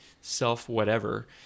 self-whatever